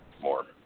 more